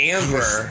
Amber